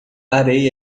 areia